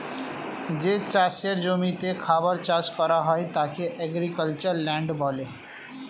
যে চাষের জমিতে খাবার চাষ করা হয় তাকে এগ্রিক্যালচারাল ল্যান্ড বলে